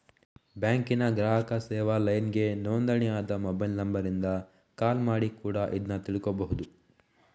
ಬ್ಯಾಂಕಿನ ಗ್ರಾಹಕ ಸೇವಾ ಲೈನ್ಗೆ ನೋಂದಣಿ ಆದ ಮೊಬೈಲ್ ನಂಬರಿಂದ ಕಾಲ್ ಮಾಡಿ ಕೂಡಾ ಇದ್ನ ತಿಳ್ಕೋಬಹುದು